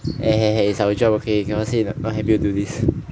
eh eh eh it's our job okay cannot say not happy to do this